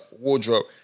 wardrobe